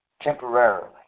Temporarily